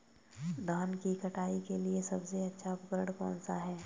धान की कटाई के लिए सबसे अच्छा उपकरण कौन सा है?